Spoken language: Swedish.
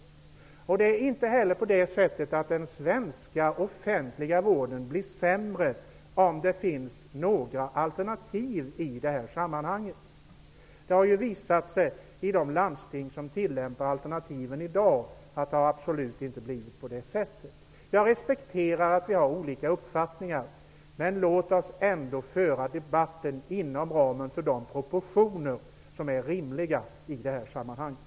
Den offentliga svenska vården blir inte heller sämre om det finns några alternativ i det här sammanhanget. I de landsting som i dag tillämpar alternativen har det visat sig att det absolut inte har blivit på det sättet. Jag respekterar att vi har olika uppfattningar. Men låt oss ändå föra debatten inom ramen för de proportioner som är rimliga i det här sammanhanget.